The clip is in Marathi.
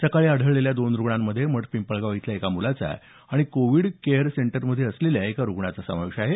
सकाळी आढळलेल्या दोन रूग्णांमध्ये मठपिंपळगाव इथल्या एका मुलाचा आणि कोवीड केअर सेंटरमध्ये असलेल्या एका रुग्णाचा यात समावेश आहे